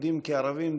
יהודים כערבים,